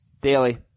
Daily